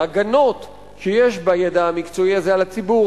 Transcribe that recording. ההגנות שיש בידע המקצועי הזה על הציבור,